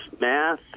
math